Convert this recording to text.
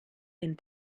den